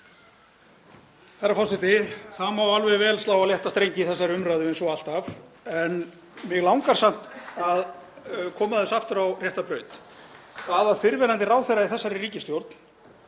Herra forseti. Það má alveg vel slá á létta strengi í þessari umræðu eins og alltaf en mig langar samt að koma þessu aftur á rétta braut. Það að fyrrverandi ráðherra í þessari ríkisstjórn,